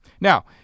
now